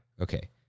Okay